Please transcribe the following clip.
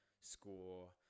school